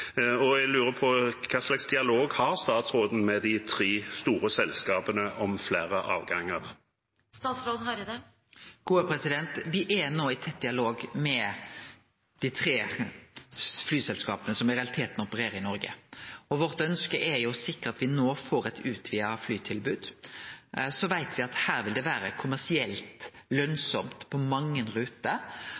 lurer på: Hva slags dialog har statsråden med de tre store selskapene om flere avganger? Me er no i tett dialog med dei tre flyselskapa som i realiteten opererer i Noreg. Vårt ønske er å sikre at me no får eit utvida flytilbod. Så veit me at her vil det vere kommersielt lønsamt på mange ruter,